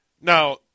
Now